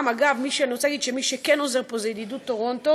אני רוצה לומר שמי שכן עוזר פה זה "ידידות טורונטו",